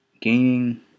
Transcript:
gaining